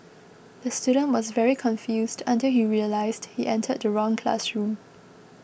the student was very confused until he realised he entered the wrong classroom